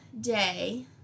day